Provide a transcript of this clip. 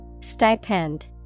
Stipend